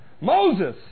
Moses